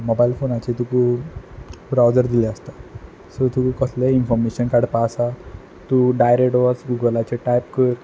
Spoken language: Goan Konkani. मोबायल फोनाचे तुका ब्रावजर दिल्ले आसता सो तुका कसलेंय इनफोर्मेशन काडपा तूं डायरेक्ट वस गुगलाचेर टायप कर